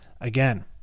Again